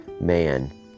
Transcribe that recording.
man